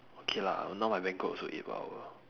okay lah now my banquet also eight per hour